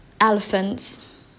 elephants